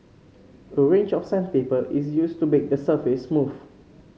a range of sandpaper is used to make the surface smooth